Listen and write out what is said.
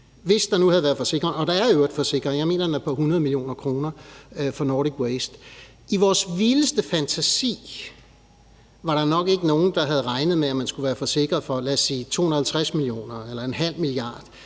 hvis der nu havde været forsikringer – der er i øvrigt forsikring, og jeg mener, at den er på 100 mio. kr. for Nordic Waste – var der nok ikke nogen, der havde regnet med, at man skulle være forsikret for, lad os sige 250 mio. kr. eller 500 mio. kr.